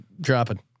dropping